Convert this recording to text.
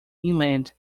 inland